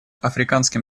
африканским